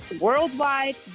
worldwide